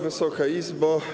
Wysoka Izbo!